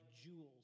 jewels